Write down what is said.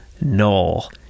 null